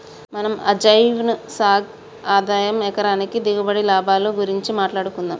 మనం అజ్వైన్ సాగు ఆదాయం ఎకరానికి దిగుబడి, లాభాల గురించి మాట్లాడుకుందం